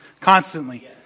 Constantly